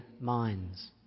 minds